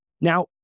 Now